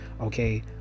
okay